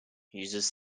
uses